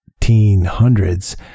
1800s